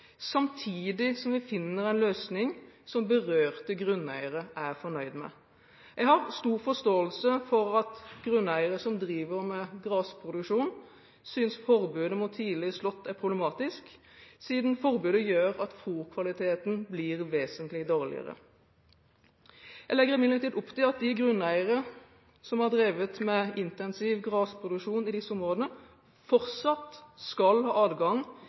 samtidig som vi finner en løsning som berørte grunneiere er fornøyd med. Jeg har stor forståelse for at grunneiere som driver med grasproduksjon, synes forbudet mot tidlig slått er problematisk, siden forbudet gjør at fôrkvaliteten blir vesentlig dårligere. Jeg legger imidlertid opp til at de grunneiere som har drevet med intensiv grasproduksjon i disse områdene, fortsatt skal ha adgang